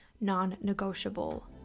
non-negotiable